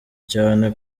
cyane